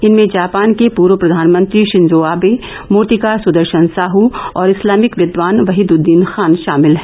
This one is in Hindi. इनमें जापान के पूर्व प्रधानमंत्री शिंजो आवे मूर्तिकार स्दर्शन साह और इस्लामिक विद्वान वहीददीन खान शामिल है